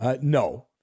No